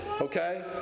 okay